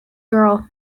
girl